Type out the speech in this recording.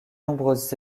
nombreuses